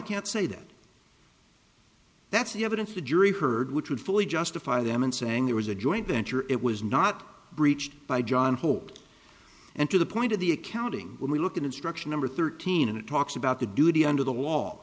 can't say that that's the evidence the jury heard which would fully justify them in saying it was a joint venture it was not breached by john hope and to the point of the accounting when we look at instruction number thirteen and it talks about the duty under the law